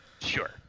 Sure